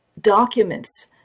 documents